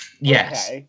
Yes